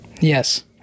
yes